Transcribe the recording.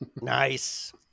Nice